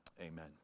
amen